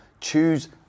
Choose